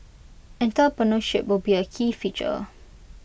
entrepreneurship would be A key feature